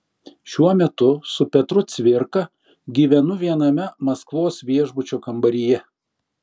šiuo metu su petru cvirka gyvenu viename maskvos viešbučio kambaryje